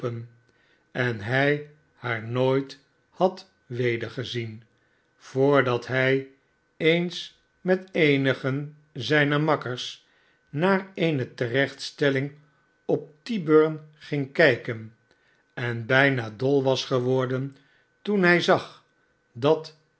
ontloopen enhij haar nooit had wedergezien voordat hij eens met eenigen zijnermakkers naar eene terechtstelling op tyburn ging kijken en bijna dol was geworden toen hij zag dat